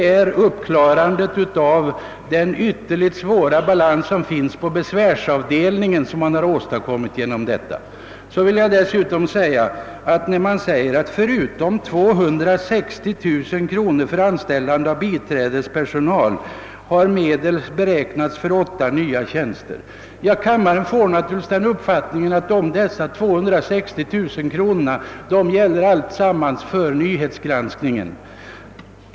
Vad man åstadkommer är att det blir möjligt att komma till rätta med den ytterst svåra balans som föreligger på besvärsavdelningen. Utskottsmajoriteten skriver i utlåtandet: »Förutom 260 000 kr. för anställande av biträdespersonal m.m. har medel beräknats för åtta nya tjänster, Kammarens ledamöter får naturligtvis då uppfattningen att dessa 260 000 kronor uteslutande avser nyhetsgranskningen.